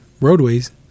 roadways